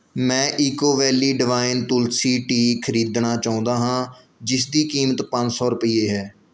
ਮੈਂ eco valley divine Tulsi tea ਖਰੀਦਣਾ ਚਾਹੁੰਦਾ ਹਾਂ ਜਿਸ ਦੀ ਕੀਮਤ ਪੰਜ ਸੌ ਰੁਪਈਏ ਹੈ